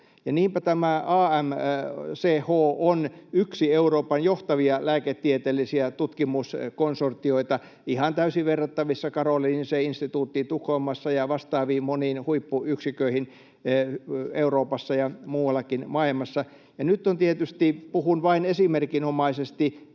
niinpä tämä AMCH on yksi Euroopan johtavia lääketieteellisiä tutkimuskonsortioita, ihan täysin verrattavissa Karoliiniseen instituuttiin Tukholmassa ja vastaaviin moniin huippuyksiköihin Euroopassa ja muuallakin maailmassa. Ja nyt tietysti puhun vain esimerkinomaisesti